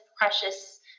precious